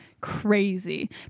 crazy